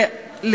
תודה.